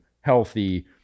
healthy